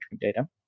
data